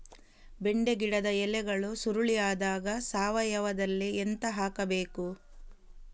ಬೆಂಡೆ ಗಿಡದ ಎಲೆಗಳು ಸುರುಳಿ ಆದಾಗ ಸಾವಯವದಲ್ಲಿ ಎಂತ ಹಾಕಬಹುದು?